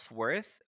worth